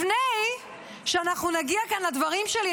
לפני שאנחנו נגיע כאן לדברים שלי,